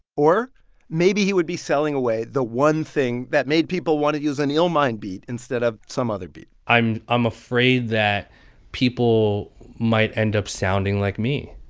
or maybe he would be selling away the one thing that made people want to use an illmind beat instead of some other beat i'm i'm afraid that people might end up sounding like me,